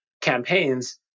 campaigns